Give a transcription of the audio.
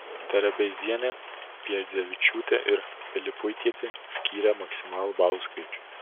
terebeizienė piedzevičiūtė ir pilipuitytė skyrė maksimalų balų skaičių